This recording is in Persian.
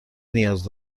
نیاز